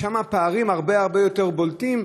שם הפערים הרבה-הרבה יותר בולטים,